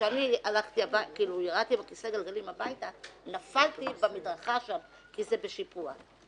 וכאשר ירדתי עם כיסא הגלגלים הביתה נפלתי שם במדרכה כי זה בשיפוע.